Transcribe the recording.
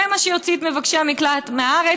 זה מה שיוציא את מבקשי המקלט מהארץ.